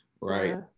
right